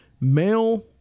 male